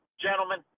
gentlemen